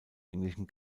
englischen